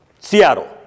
Seattle